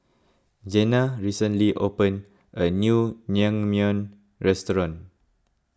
Jenna recently opened a new Naengmyeon restaurant